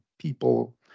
people